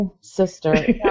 Sister